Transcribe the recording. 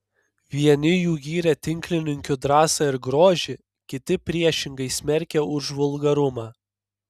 vieni jų gyrė tinklininkių drąsą ir grožį kiti priešingai smerkė už vulgarumą